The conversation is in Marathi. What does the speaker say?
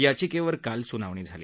याचिकेवर काल सुनावणी झाली